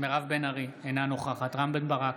מירב בן ארי, אינה נוכחת רם בן ברק,